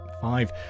Five